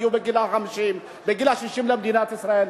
הגיעו בגיל 50 60 למדינת ישראל,